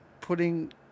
putting